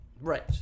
Right